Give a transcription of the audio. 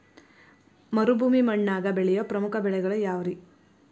ಮರುಭೂಮಿ ಮಣ್ಣಾಗ ಬೆಳೆಯೋ ಪ್ರಮುಖ ಬೆಳೆಗಳು ಯಾವ್ರೇ?